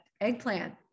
eggplant